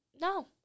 No